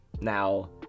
Now